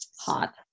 Hot